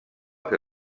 que